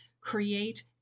create